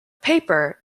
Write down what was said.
paper